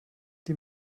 die